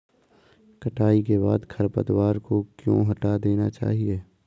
कटाई के बाद खरपतवार को क्यो हटा देना चाहिए?